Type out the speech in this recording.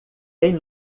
tem